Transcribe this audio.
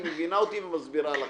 היא מבינה אותי ומסבירה לכם.